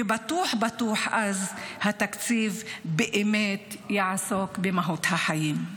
ובטוח בטוח אז התקציב באמת יעסוק במהות החיים.